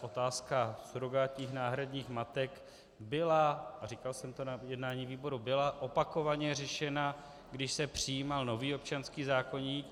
Otázka surogátních, náhradních matek byla, a říkal jsem to na jednání výboru, opakovaně řešena, když se přijímal nový občanský zákoník.